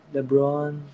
LeBron